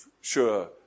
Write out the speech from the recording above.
sure